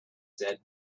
said